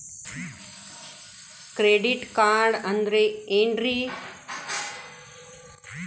Credit card ಅಂದ್ರ ಏನ್ರೀ?